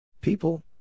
People